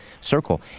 Circle